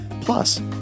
Plus